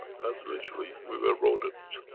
as literally we were rodents.